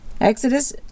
Exodus